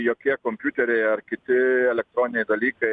jokie kompiuteriai ar kiti elektroniniai dalykai